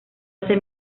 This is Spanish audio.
ese